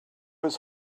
his